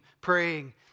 praying